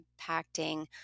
impacting